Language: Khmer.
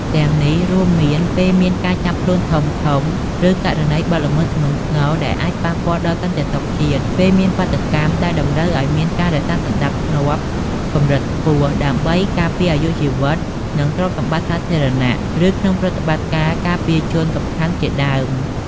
ទាំងនេះរួមមានពេលមានការចាប់ខ្លួនធំៗ ឬករណីបទល្មើសធ្ងន់ធ្ងរដែលអាចប៉ះពាល់ដល់សន្តិសុខជាតិ ពេលមានបាតុកម្មដែលតម្រូវឲ្យមានការរក្សាសណ្ដាប់ធ្នាប់កម្រិតខ្ពស់ដើម្បីការពារអាយុជីវិតនិងទ្រព្យសម្បត្តិសាធារណៈ ឬក្នុងប្រតិបត្តិការការពារជនសំខាន់ជាដើម។